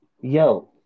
yo